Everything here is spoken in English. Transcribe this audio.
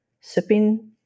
sipping